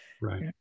right